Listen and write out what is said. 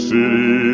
City